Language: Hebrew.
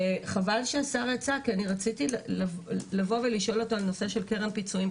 וחבל שהשר יצא כי אני רציתי לבוא ולשאול אותו על נושא של קרן פיצויים,